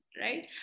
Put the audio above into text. right